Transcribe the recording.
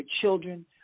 children